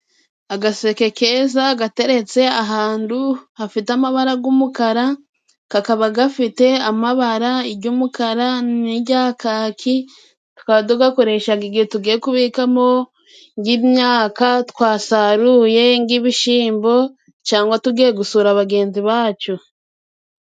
Agaseke keza gateretse ahantu hafite amabararaga g'umukara, kakaba gafite amabara iry'umukara, n'irya kaki, tukaba tugakoreshaga igihe tugiye kubikamo nk'imyaka twasaruye, nk'ibishyimbo, cyangwa tugiye gusura bagenzi bacu.